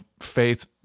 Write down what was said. faith